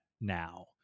now